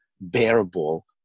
bearable